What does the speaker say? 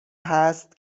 هست